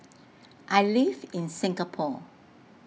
I live in Singapore